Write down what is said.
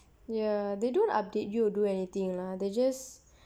ya they don't update you to do anything lah they just